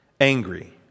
angry